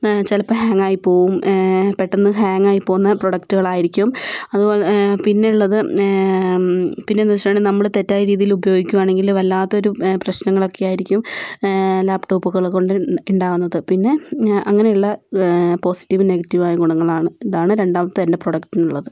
ചിലപ്പോൾ ഹാങ്ങായി പോവും പെട്ടന്ന് ഹാങ്ങായി പോവുന്ന പ്രൊഡക്റ്റുകൾ ആയിരിക്കും അതുപോലെ പിന്നെ ഉള്ളത് പിന്നെന്ന് വെച്ചിട്ടുണ്ടെങ്കിൽ നമ്മൾ തെറ്റായ രീതിയിൽ ഉപയോഗിക്കുവാണെങ്കിൽ വല്ലാത്തൊരു പ്രശ്നങ്ങളൊക്കെയായിരിക്കും ലാപ്ടോപ്പുകൾ കൊണ്ട് ഉണ്ടാവുന്നത് പിന്നെ അങ്ങനെയുള്ള പോസിറ്റീവും നെഗറ്റീവും ആയ ഗുണങ്ങളാണ് ഇതാണ് എൻ്റെ രണ്ടാമത്തെ പ്രൊഡക്റ്റിനുള്ളത്